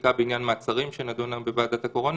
בחקיקה בעניין מעצרים שנדונה בוועדת הקורונה.